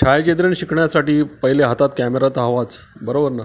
छायाचित्रण शिकण्यासाठी पहिले हातात कॅमेरा तर हवाच बरोबर ना